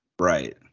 Right